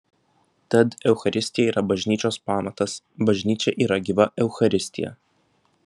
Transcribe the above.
tad eucharistija yra bažnyčios pamatas bažnyčia yra gyva eucharistija